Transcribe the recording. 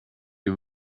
you